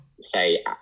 say